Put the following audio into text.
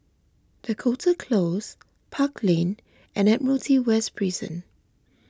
Dakota Close Park Lane and Admiralty West Prison